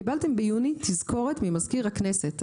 קיבלתם ביוני תזכורת ממזכיר הכנסת.